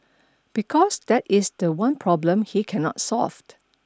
because that is the one problem he cannot solved